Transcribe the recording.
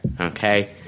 Okay